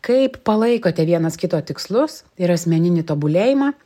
kaip palaikote vienas kito tikslus ir asmeninį tobulėjimą